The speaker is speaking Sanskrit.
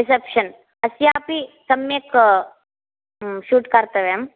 रिसेप्शन् अस्यापि सम्यक् शूट् कर्तव्यम्